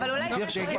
באמת.